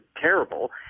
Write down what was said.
terrible